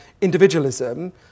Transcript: individualism